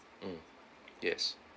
mm yes